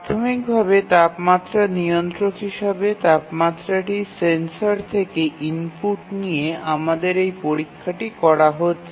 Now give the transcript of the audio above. প্রাথমিকভাবে তাপমাত্রা নিয়ন্ত্রক হিসাবে সেন্সর থেকে তাপমাত্রাটি ইনপুট নিয়ে এই পরীক্ষাটি করা হচ্ছে